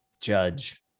Judge